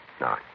No